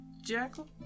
jackal